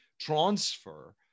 transfer